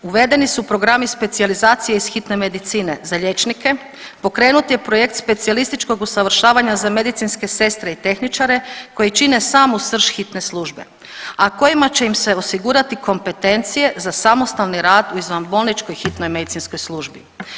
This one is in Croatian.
Uvedeni su programi specijalizacija iz hitne medicine za liječnike, pokrenut je projekt specijalističkog usavršavanja za medicinske sestre i tehničare koji čine samu srž hitne službe, a kojima će im se osigurati kompetencije za samostalni rad u izvanbolničkoj hitnoj medicinskoj službi.